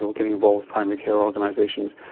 getting involved with primary care organisations.